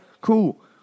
cool